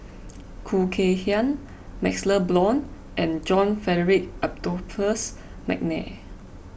Khoo Kay Hian MaxLe Blond and John Frederick Adolphus McNair